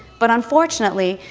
but, unfortunately,